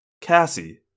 Cassie